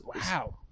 Wow